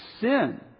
sin